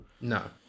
No